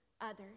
others